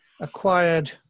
acquired